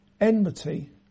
enmity